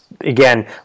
again